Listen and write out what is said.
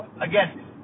Again